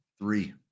Three